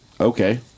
Okay